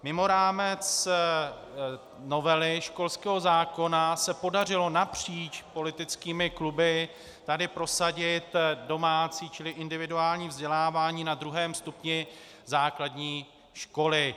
Mimo rámec novely školského zákona se podařilo napříč politickými kluby tady prosadit domácí čili individuální vzdělávání na druhém stupni základní školy.